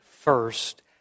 first